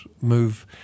move